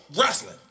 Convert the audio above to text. wrestling